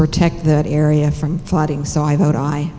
protect that area from flooding so i thought i